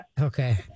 Okay